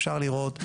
אפשר לראות,